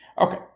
Okay